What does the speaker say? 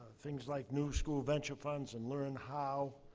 things like new school venture funds and learned how.